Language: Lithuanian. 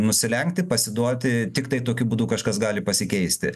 nusilenkti pasiduoti tiktai tokiu būdu kažkas gali pasikeisti